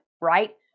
right